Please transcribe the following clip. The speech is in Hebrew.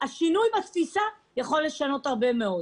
השינוי בתפיסה יכול לשנות הרבה מאוד.